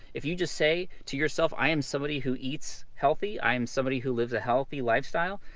if you just say to yourself, i am somebody who eats healthy, i am somebody who lives a healthy lifestyle,